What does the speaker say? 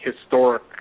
historic